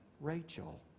Rachel